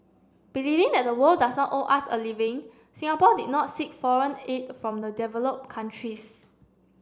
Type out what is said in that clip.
believing that the world does not owe us a living Singapore did not seek foreign aid from the developed countries